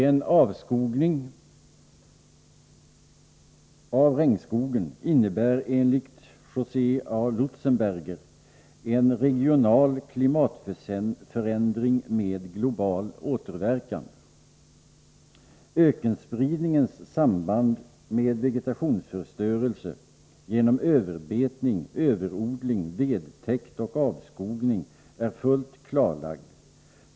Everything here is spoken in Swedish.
En avverkning av regnskogen innebär enligt Jose A. Lutzenberger en regional klimatförändring med global återverkan. Ökenspridningens samband med vegetationsförstörelse genom överbetning, överodling, vedtäkt och avskogning är fullt klarlagd.